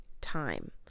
time